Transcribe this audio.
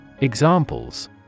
Examples